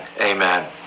Amen